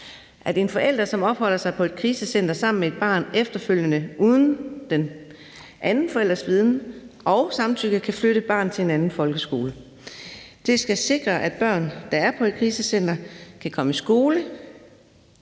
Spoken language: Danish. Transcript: at en forælder, som opholder sig på et krisecenter sammen med et barn, efterfølgende uden den anden forælders viden og samtykke kan flytte barnet til en anden folkeskole. Det skal sikre, at børn, der er på et krisecenter, kan komme i skole,